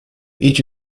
each